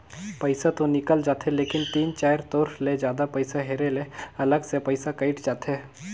पइसा तो निकल जाथे लेकिन तीन चाएर तोर ले जादा पइसा हेरे ले अलग से पइसा कइट जाथे